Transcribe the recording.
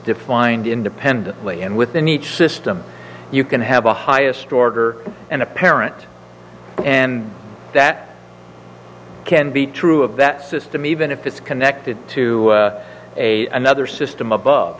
defined independently and within each system you can have the highest order and apparent and that can be true of that system even if it's connected to a another system above